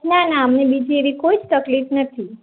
ના ના અમને બીજી એવી કોઈ જ તકલીફ નથી